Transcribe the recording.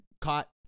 caught